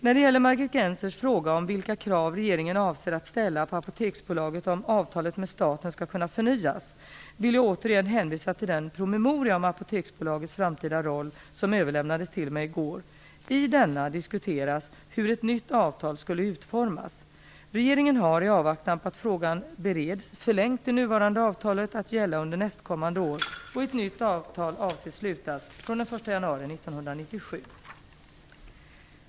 När det gäller Margit Gennsers fråga om vilka krav regeringen avser att ställa på Apoteksbolaget om avtalet med staten skall kunna förnyas vill jag återigen hänvisa till den promemoria om Apoteksbolagets framtida roll som överlämnades till mig i går. I denna diskuteras hur ett nytt avtal skulle utformas. Regeringen har, i avvaktan på att frågan bereds, förlängt det nuvarande avtalet att gälla under nästkommande år. Ett nytt avtal avses slutas den 1 januari 1997.